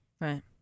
right